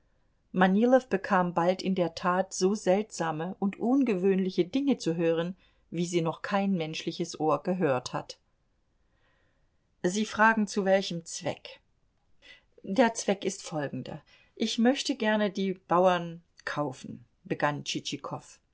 manilow bekam bald in der tat so seltsame und ungewöhnliche dinge zu hören wie sie noch kein menschliches ohr gehört hat sie fragen zu welchem zweck der zweck ist folgender ich möchte gerne die bauern kaufen begann